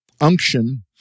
unction